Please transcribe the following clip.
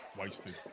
wasted